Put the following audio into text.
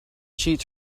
cheat